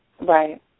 Right